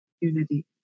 unity